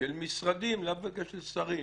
של משרדים, לאו דווקא של שרים,